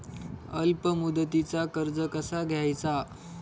अल्प मुदतीचा कर्ज कसा घ्यायचा?